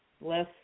less